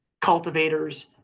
cultivators